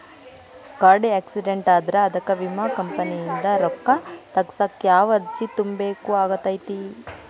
ಗಾಡಿ ಆಕ್ಸಿಡೆಂಟ್ ಆದ್ರ ಅದಕ ವಿಮಾ ಕಂಪನಿಯಿಂದ್ ರೊಕ್ಕಾ ತಗಸಾಕ್ ಯಾವ ಅರ್ಜಿ ತುಂಬೇಕ ಆಗತೈತಿ?